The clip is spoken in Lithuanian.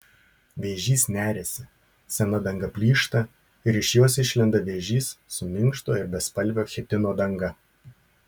vėžys neriasi sena danga plyšta ir iš jos išlenda vėžys su minkšto ir bespalvio chitino danga